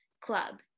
club